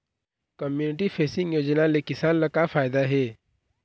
Community fencing योजना ले किसान ल का फायदा हे?